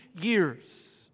years